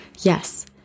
yes